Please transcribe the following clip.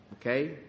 Okay